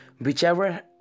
Whichever